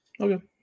Okay